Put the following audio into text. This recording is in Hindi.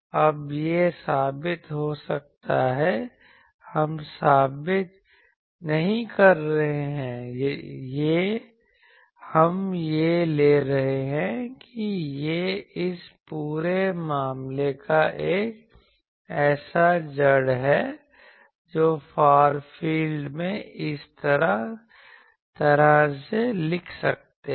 अब यह साबित हो सकता है हम साबित नहीं कर रहे हैं हम यह ले रहे हैं कि यह इस पूरे मामले का एक ऐसा जड़ है जो फार फील्ड में हम इस तरह से लिख सकते हैं